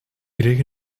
kreeg